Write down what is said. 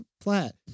flat